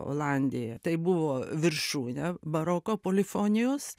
olandija tai buvo viršūnė baroko polifonijos